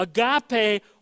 Agape